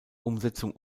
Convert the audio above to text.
umsetzung